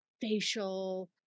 facial